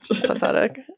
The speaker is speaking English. pathetic